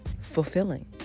fulfilling